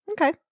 Okay